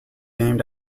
named